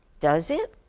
does it?